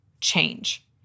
change